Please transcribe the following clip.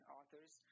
authors